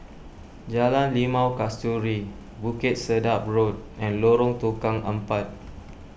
Jalan Limau Kasturi Bukit Sedap Road and Lorong Tukang Empat